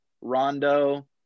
Rondo